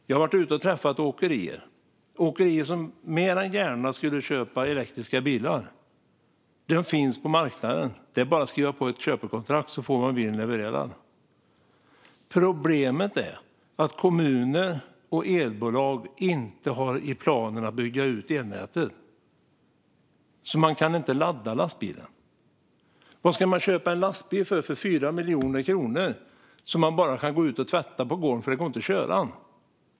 Jag har varit ute och träffat åkerier som mer än gärna skulle köpa elektriska bilar. De finns på marknaden; det är bara att skriva på ett köpekontrakt så får man bilen levererad. Problemet är att kommuner och elbolag inte har i sina planer att bygga ut elnätet, så man kan inte ladda lastbilen. Varför ska man köpa en lastbil för 4 miljoner kronor som man bara kan gå ut och tvätta på gården, för det går inte att köra den?